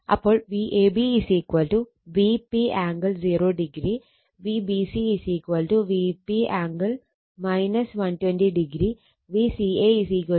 അപ്പോൾ Vab Vp angle 0o Vbc Vp angle 120o Vca Vp angle 120o